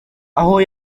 aho